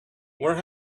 where